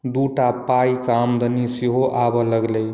दूटा पाइके आमदनी सेहो आबय लगलै